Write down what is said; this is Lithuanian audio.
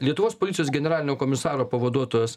lietuvos policijos generalinio komisaro pavaduotojas